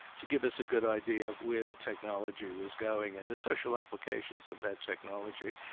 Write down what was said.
to give us a good idea of where the technology was going, and the social applications of that technology,